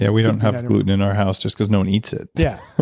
yeah we don't have gluten in our house just cause no one eats it yeah.